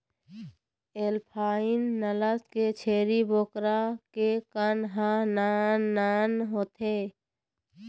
alpine नसल के छेरी बोकरा के कान ह नान नान होथे